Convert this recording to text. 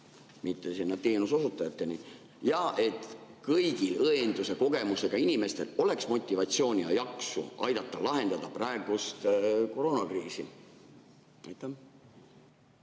ja et kõigil õenduse kogemusega inimestel oleks motivatsiooni ja jaksu aidata lahendada praegust koroonakriisi? Aitäh!